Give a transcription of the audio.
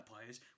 players